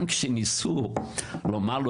גם כשאמרו לו,